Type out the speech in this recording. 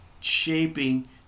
shaping